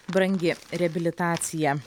brangi reabilitacija